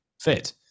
fit